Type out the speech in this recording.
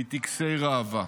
מטקסי ראווה.